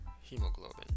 hemoglobin